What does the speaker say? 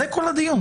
זה כל הדיון.